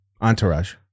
Entourage